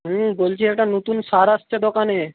হুম বলছি একটা নতুন সার আসছে দোকানে